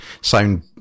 sound